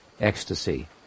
ecstasy